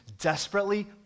desperately